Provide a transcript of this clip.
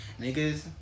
niggas